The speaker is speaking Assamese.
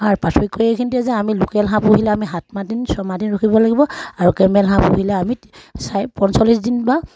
আৰু পাৰ্থক্য এইখিনিয়ে যে আমি লোকেল হাঁহ পুহিলে আমি সাত মাহ দিন ছমাহ দিন ৰখিব লাগিব আৰু কেমেল হাঁহ পুহিলে আমি পঞ্চল্লিছ দিন বা